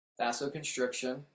vasoconstriction